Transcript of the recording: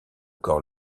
corps